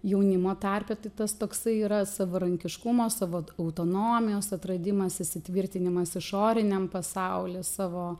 jaunimo tarpe tai tas toksai yra savarankiškumo savo autonomijos atradimas įsitvirtinimas išoriniam pasauly savo